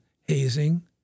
hazing